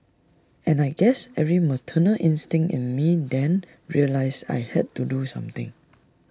and I guess every maternal instinct in me then realised I had to do something